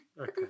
Okay